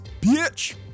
bitch